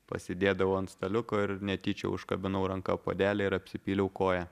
pasidėdavau ant staliuko ir netyčia užkabinau ranka puodelį ir apsipyliau koją